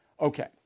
Okay